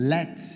Let